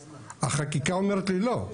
החקיקה אומרת לי לא,